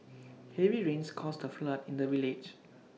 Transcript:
heavy rains caused A flood in the village